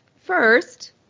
first